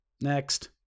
Next